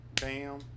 Bam